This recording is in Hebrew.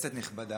כנסת נכבדה,